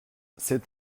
c’est